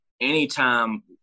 anytime